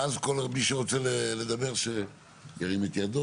ואז כל מי שרוצה לדבר ירים את ידו